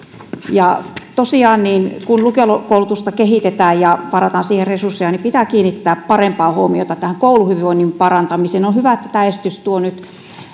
tosiaan kun lukiokoulutusta kehitetään ja varataan siihen resursseja pitää kiinnittää parempaa huomiota tähän kouluhyvinvoinnin parantamiseen on hyvä että tämä esitys tuo nyt